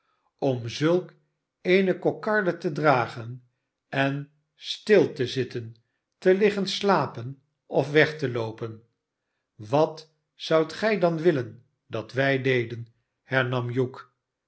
om zulk eene kokarde te dragen en stil te zitten te liggen slapen of weg te loopen wat zoudt gij dan willen dat wij deden